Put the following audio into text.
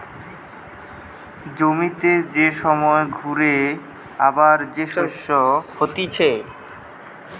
জমিতে যে সময় ঘুরে আবার যে শস্য হতিছে